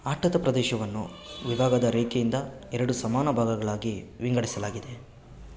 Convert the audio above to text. ಆಟದ ಪ್ರದೇಶವನ್ನು ವಿಭಾಗದ ರೇಖೆಯಿಂದ ಎರಡು ಸಮಾನ ಭಾಗಗಳಾಗಿ ವಿಂಗಡಿಸಲಾಗಿದೆ